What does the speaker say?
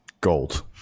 gold